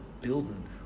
building